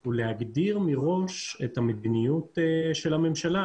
הוא להגדיר מראש את המדיניות של הממשלה,